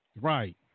Right